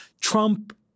Trump